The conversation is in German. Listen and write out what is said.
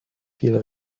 viel